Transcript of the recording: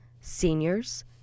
seniors